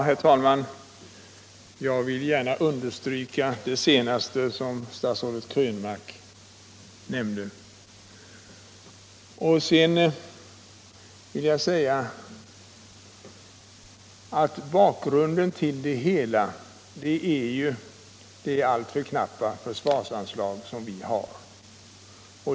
Herr talman! Jag vill gärna understryka vad statsrådet Krönmark senast nämnde om herr Nilssons agerande. Bakgrunden till flygflottiljens situation är de alltför knappa förslagsanslag som vi har.